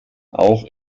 auch